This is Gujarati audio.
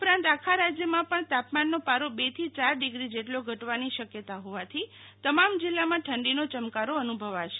ઉપરાંત આખા રાજ્યમાં પણ તાપમાનનો પારો બેથી ચાર ડિગ્રી જેટલો ઘટવાની શક્યતા હોવાથી તમામ જિલ્લામાં ઠંડીનો ચમકારો અનુભવાશે